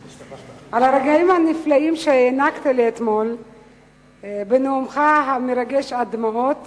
על הרגעים הנפלאים שהענקת לי אתמול בנאומך המרגש עד דמעות